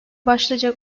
başlıca